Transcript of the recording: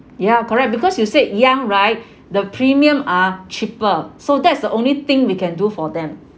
ya correct because you said young right the premium are cheaper so that's the only thing we can do for them